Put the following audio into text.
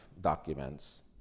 documents